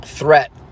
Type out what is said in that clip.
threat